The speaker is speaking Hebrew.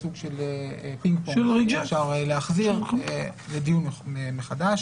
סוג של פינג פונג שאפשר יהיה להחזיר לדיון מחדש.